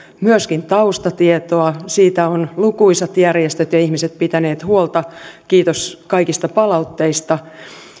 myöskin taustatietoa siitä ovat lukuisat järjestöt ja ihmiset pitäneet huolta kiitos kaikista palautteista